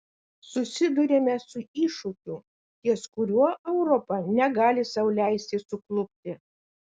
susiduriame su iššūkiu ties kuriuo europa negali sau leisti suklupti